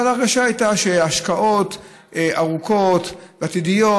אבל ההרגשה הייתה שהשקעות ארוכות ועתידיות,